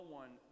one